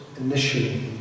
initially